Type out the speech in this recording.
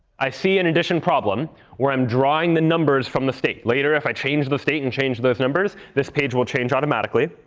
i see an addition problem where i'm drawing the numbers from the state. later if i change the state and change those numbers, this page will change automatically.